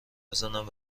بزنم